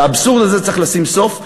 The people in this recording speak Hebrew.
לאבסורד הזה צריך לשים סוף,